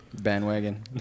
Bandwagon